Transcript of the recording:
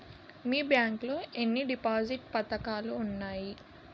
మీ bank లో ఎన్ని deposit పథకాలు ఉన్నాయి?